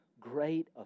great